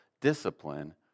discipline